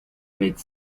made